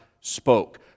spoke